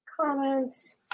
comments